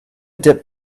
dip